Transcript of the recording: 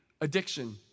addiction